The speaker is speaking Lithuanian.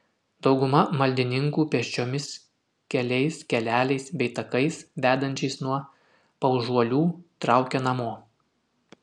dauguma maldininkų pėsčiomis keliais keleliais bei takais vedančiais nuo paužuolių traukia namo